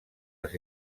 els